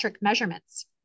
measurements